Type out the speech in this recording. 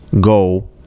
go